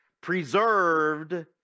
preserved